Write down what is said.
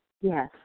Yes